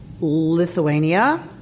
Lithuania